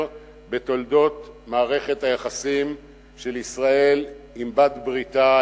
בתולדות מערכת היחסים של ישראל עם בעלת-בריתה,